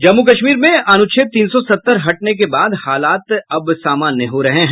जम्मू कश्मीर मे अनुच्छेद तीन सौ सत्तर हटने के बाद हालात समान्य हो रहे हैं